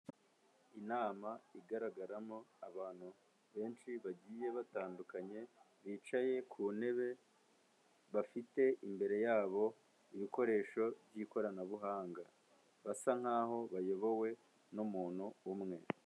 Inama igaragaramo abantu benshi bagiye batandukanye, bicaye ku ntebe, bafite imbere yabo ibikoresho by'ikoranabuhanga, basa nk'aho bayobowe n'umuntu umwe.